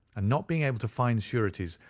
and not being able to find sureties,